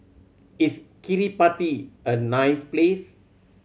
is Kiribati a nice place